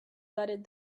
gutted